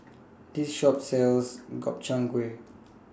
This Shop sells Gobchang Gui